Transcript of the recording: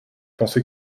pensée